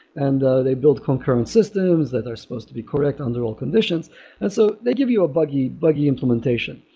and they build concurrent systems that are supposed to be correct under all conditions and so they give you a buggy buggy implementation.